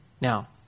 Now